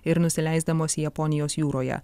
ir nusileisdamos japonijos jūroje